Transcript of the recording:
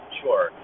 sure